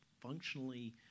functionally